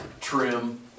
trim